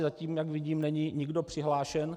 Zatím, jak vidím, není nikdo přihlášen.